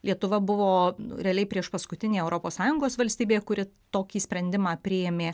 lietuva buvo realiai priešpaskutinė europos sąjungos valstybė kuri tokį sprendimą priėmė